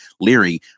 Leary